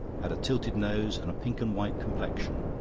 had a tilted nose and a pink-and-white complexion,